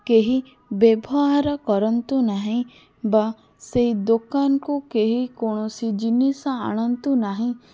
କେହି ବ୍ୟବହାର କରନ୍ତୁ ନାହିଁ ବା ସେହି ଦୋକାନକୁ କେହି କୌଣସି ଜିନିଷ ଆଣନ୍ତୁ ନାହିଁ